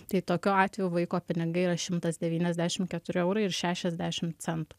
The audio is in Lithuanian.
tai tokiu atveju vaiko pinigai yra šimtas devyniasdešimt keturi eurai ir šešiasdešimt centų